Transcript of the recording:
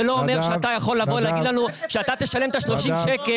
זה לא אומר שאתה יכול לבוא ולהגיד לנו שאתה תשלם את ה-30 שקלים.